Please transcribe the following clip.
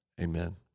Amen